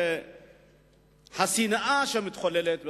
השנאה שמתחוללת בתוכנו,